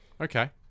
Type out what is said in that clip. Okay